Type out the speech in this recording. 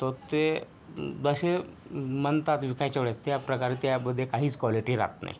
तर ते जसे म्हणतात विकायच्या वेळेस त्याप्रकारे त्यामध्ये काहीच क्वालिटी राहत नाही